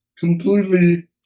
completely